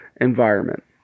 environment